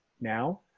now